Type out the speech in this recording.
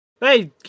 Hey